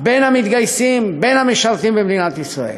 בין המתגייסים, בין המשרתים במדינת ישראל.